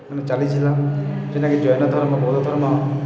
ମାନେ ଚାଲିଥିଲା ଜେନ୍ଟାକି ଜୈନ ଧର୍ମ ବୌଦ୍ଧ ଧର୍ମ